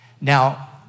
Now